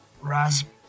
raspberry